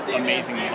amazing